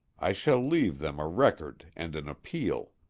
i shall leave them a record and an appeal.